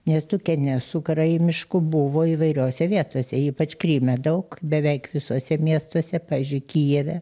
nes tų kenesų karaimiškų buvo įvairiose vietose ypač kryme daug beveik visuose miestuose pavyzdžiui kijeve